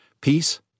Peace